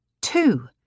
two